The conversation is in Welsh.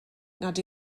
nad